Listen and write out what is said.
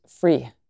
free